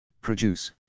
produce